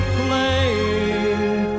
playing